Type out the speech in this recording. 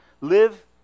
Live